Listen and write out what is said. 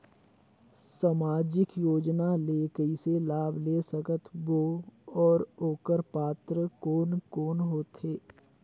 समाजिक योजना ले कइसे लाभ ले सकत बो और ओकर पात्र कोन कोन हो थे?